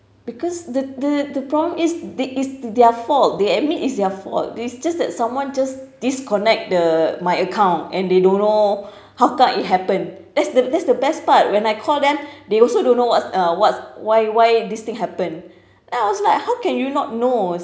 because the the the problem is the it's their fault they admit it's their fault it's just that someone just disconnect the my account and they don't know how come it happen that's the that's the best part when I call them they also don't know what what why why this thing happen then I was like how can you not know